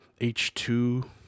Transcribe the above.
H2